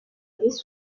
des